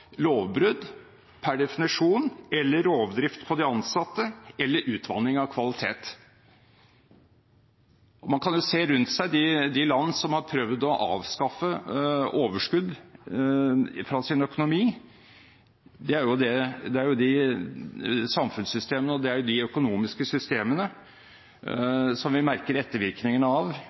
lovbrudd per definisjon eller rovdrift på de ansatte eller utvanning av kvalitet. Man kan se på de land rundt seg som har prøvd å avskaffe overskudd fra sin økonomi, og det er de samfunnssystemene og de økonomiske systemene som vi merker ettervirkningene av